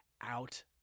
out